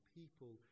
people